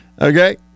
Okay